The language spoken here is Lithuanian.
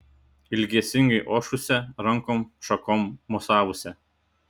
ilgesingai ošusia rankom šakom mosavusia